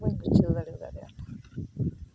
ᱵᱟᱹᱧ ᱜᱩᱡᱷᱟᱹᱣ ᱫᱟᱲᱮᱹᱭᱟᱫᱟ ᱟᱹᱰᱤ ᱟᱴ